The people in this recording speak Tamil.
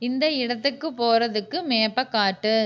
இந்த இடத்துக்கு போகிறதுக்கு மேப்பை காட்டு